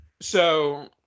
So-